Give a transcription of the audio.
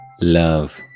Love